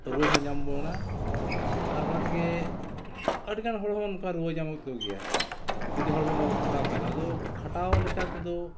ᱨᱩᱣᱟᱹ ᱦᱚᱸ ᱧᱟᱢ ᱵᱚᱱᱟ ᱟᱨ ᱚᱱᱟ ᱛᱮᱜᱮ ᱟᱹᱰᱤᱜᱟᱱ ᱦᱚᱲ ᱦᱚᱸ ᱱᱚᱠᱟ ᱨᱩᱣᱟᱹ ᱧᱟᱢᱮᱫ ᱠᱚᱜᱮᱭᱟ ᱡᱩᱫᱤ ᱦᱚᱲᱢᱚ ᱵᱟᱵᱚ ᱠᱷᱟᱴᱟᱣ ᱠᱷᱟᱱ ᱫᱚ ᱟᱫᱚ ᱠᱷᱟᱴᱟᱣ ᱞᱮᱠᱟᱛᱮᱫᱚ